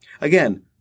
again